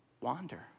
wander